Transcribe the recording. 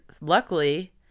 luckily